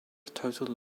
total